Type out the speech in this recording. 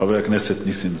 חבר הכנסת נסים זאב.